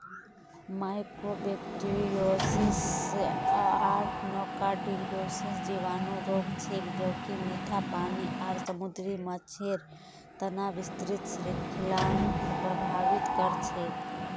mycobacteriosis आर nocardiosis जीवाणु रोग छेक ज कि मीठा पानी आर समुद्री माछेर तना विस्तृत श्रृंखलाक प्रभावित कर छेक